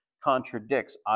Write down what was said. contradicts